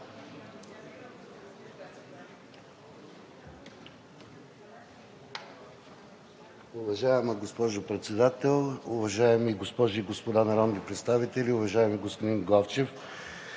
Уважаема госпожо Председател, уважаеми госпожи и господа народни представители! Уважаеми господин Главчев,